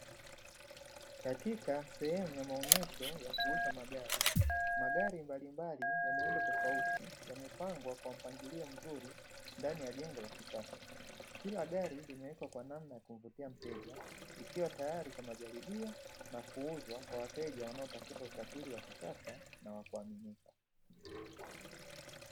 Katika sehemu ya maonyesho ya kuuza magari. Magari mbalimbali ya muundo tofauti, yamepangwa kwa mpangilio mzuri ndani ya jengo la kisasa. Kila gari limewekwa kwa namna ya kumvutia mteja, ikiwa tayari kwa majaribio na kuuzwa kwa wateja wanaotafuta usafiri wa kisasa na wakuaminika.